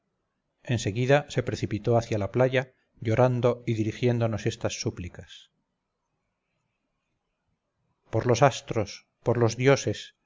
en seguida se precipitó hacia la playa llorando y dirigiéndonos estas súplicas por los astros por los dioses